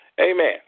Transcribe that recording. Amen